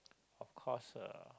of course uh